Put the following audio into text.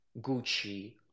Gucci